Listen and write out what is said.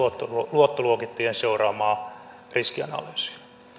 luottoluokittajien seuraamassa riskianalyysissä